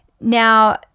Now